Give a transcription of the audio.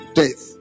death